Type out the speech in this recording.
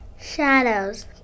Shadows